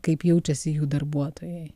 kaip jaučiasi jų darbuotojai